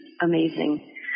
amazing